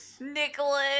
Nicholas